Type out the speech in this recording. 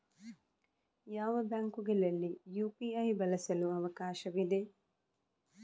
ಯಾವ ಬ್ಯಾಂಕುಗಳಲ್ಲಿ ಯು.ಪಿ.ಐ ಬಳಸಲು ಅವಕಾಶವಿದೆ?